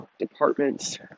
departments